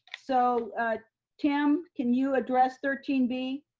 so tim, can you address thirteen b?